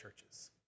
churches